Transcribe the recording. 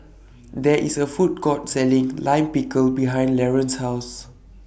There IS A Food Court Selling Lime Pickle behind Laron's House